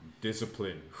discipline